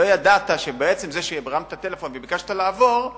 לא ידעת שבעצם זה שהרמת טלפון וביקשת לעבור,